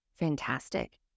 fantastic